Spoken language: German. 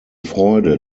freude